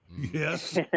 Yes